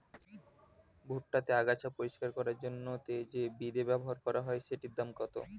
ভুট্টা তে আগাছা পরিষ্কার করার জন্য তে যে বিদে ব্যবহার করা হয় সেটির দাম কত?